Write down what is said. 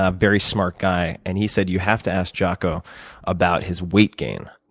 ah very smart guy and he said, you have to ask jock ah about his weight gain.